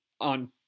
on